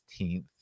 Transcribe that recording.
16th